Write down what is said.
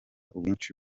ubwinshi